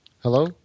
Hello